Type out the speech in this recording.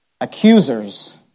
accusers